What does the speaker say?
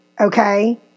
okay